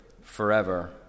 forever